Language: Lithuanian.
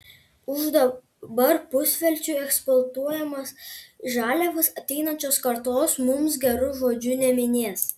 už dabar pusvelčiui eksploatuojamas žaliavas ateinančios kartos mus geru žodžiu neminės